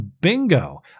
bingo